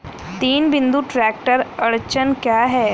तीन बिंदु ट्रैक्टर अड़चन क्या है?